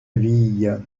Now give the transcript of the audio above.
vie